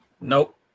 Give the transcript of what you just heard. Nope